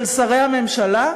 של שרי הממשלה,